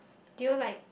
do you like